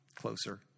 closer